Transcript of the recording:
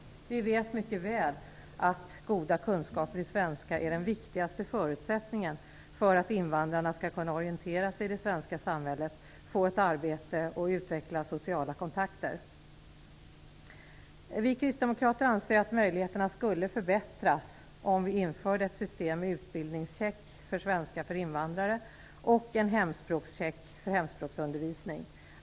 Vi vet mycket väl att goda kunskaper i svenska är den viktigaste förutsättningen för att invandrarna skall kunna orientera sig i det svenska samhället, få ett arbete och utveckla sociala kontakter. Vi kristdemokrater anser att möjligheterna skulle förbättras om det infördes ett system med utbildningscheck för svenska för invandrare och en hemspråkscheck för hemspråksundervisning.